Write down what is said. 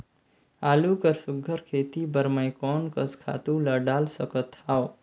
आलू कर सुघ्घर खेती बर मैं कोन कस खातु ला डाल सकत हाव?